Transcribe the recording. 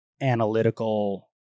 analytical